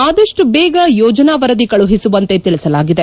ಆದಷ್ಟು ಬೇಗ ಯೋಜನಾ ವರದಿ ಕಳುಹಿಸುವಂತೆ ತಿಳಿಸಲಾಗಿದೆ